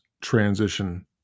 transition